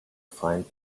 find